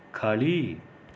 खाली